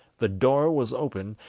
the door was open,